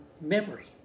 memory